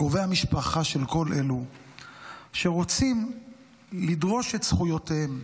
לקרובי המשפחה של כל אלו שרוצים לדרוש את זכויותיהם,